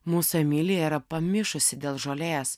mūsų emilija yra pamišusi dėl žolės